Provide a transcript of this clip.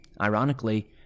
Ironically